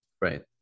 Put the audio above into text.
Right